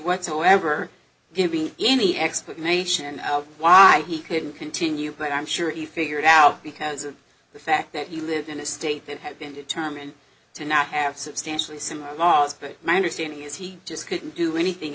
whatsoever giving any explanation of why he couldn't continue but i'm sure he figured out because of the fact that you live in a state that has been determined to not have substantially similar laws but my understanding is he just couldn't do anything